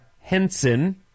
Henson